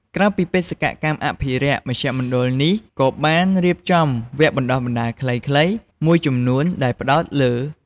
ក្រៅពីបេសកកម្មអភិរក្ស មជ្ឈមណ្ឌលនេះក៏បានរៀបចំ វគ្គបណ្ដុះបណ្ដាលខ្លីៗ មួយចំនួនដែលផ្ដោតលើ។